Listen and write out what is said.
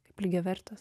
kaip lygiavertes